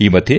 ಈ ಮಧ್ಯೆ